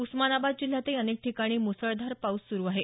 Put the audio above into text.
उस्मानाबाद् जिल्ह्यातही अनेक ठिकाणी मुसळधार पाऊस सुरु आहे